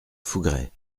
fougueray